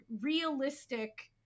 realistic